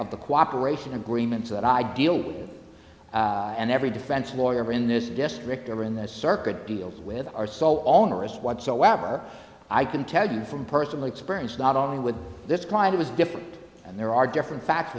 of the cooperation agreements that i deal with and every defense lawyer in this district or in the circuit deals with are so onerous whatsoever i can tell you from personal experience not only with this client was different and there are different facts